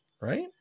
right